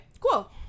cool